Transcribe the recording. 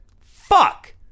fuck